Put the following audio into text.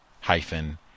hyphen